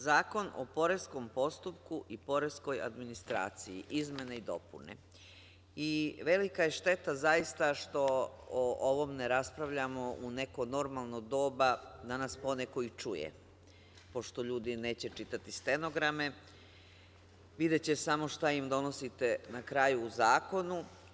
Zakon o poreskom postupku i poreskoj administraciji, izmene i dopune, i velika je šteta zaista što o ovom ne raspravljamo u neko normalno doba da nas poneko i čuje, pošto ljudi neće čitati stenograme, videće samo šta im donosite na kraju u zakonu.